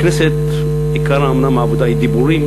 בכנסת אומנם עיקר העבודה היא דיבורים,